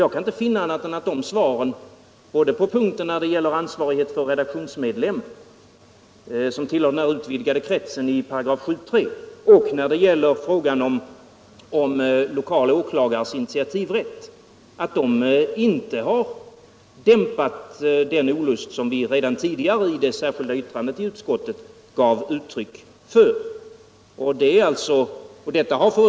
Jag kan inte finna annat än de svaren både när det gäller ansvarighet för redaktionsmedlem som tillhör den utvidgade kret sen i 73 § och frågan om lokal åklagares initiativrätt inte har dämpat den olust vi redan tidigare i ett särskilt yttrande gav uttryck för.